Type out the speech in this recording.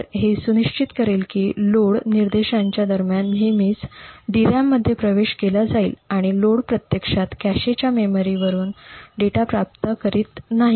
तर हे सुनिश्चित करेल की या लोड निर्देशांच्या दरम्यान नेहमीच DRAM मध्ये प्रवेश केला जाईल आणि लोड प्रत्यक्षात कॅशेच्या मेमरीमधून डेटा प्राप्त करीत नाही